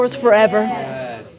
Forever